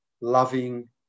loving